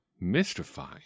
Mystifying